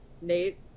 Nate